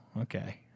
okay